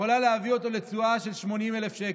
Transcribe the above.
יכולה להביא אותו לתשואה של 80,000 שקל.